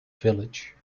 village